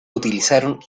utilizaron